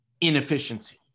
inefficiency